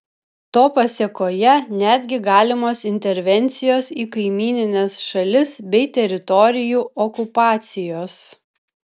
to pasėkoje netgi galimos intervencijos į kaimynines šalis bei teritorijų okupacijos